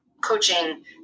coaching